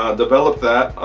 ah develop that,